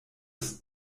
ist